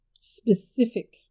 specific